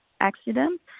accident